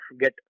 get